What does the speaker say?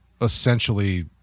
essentially